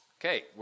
Okay